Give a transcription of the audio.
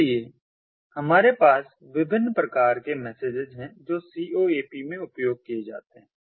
इसलिए हमारे पास विभिन्न प्रकार के मैसेजेस हैं जो CoAP में उपयोग किए जाते हैं